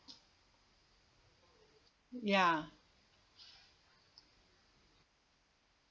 ya